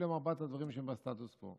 אלה ארבעת הדברים שהם הסטטוס קוו,